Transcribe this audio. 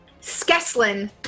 Skeslin